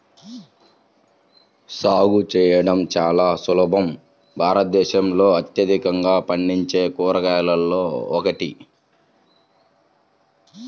సాగు చేయడం చాలా సులభం భారతదేశంలో అత్యధికంగా పండించే కూరగాయలలో ఒకటి